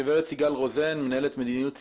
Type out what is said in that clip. גברת סיגל רוזן, מנהלת מדיניות ציבורית,